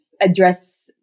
address